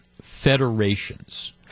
federations